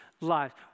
lives